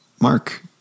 Mark